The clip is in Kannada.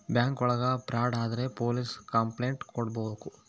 ಬ್ಯಾಂಕ್ ಒಳಗ ಫ್ರಾಡ್ ಆದ್ರೆ ಪೊಲೀಸ್ ಕಂಪ್ಲೈಂಟ್ ಕೊಡ್ಬೇಕು